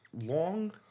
long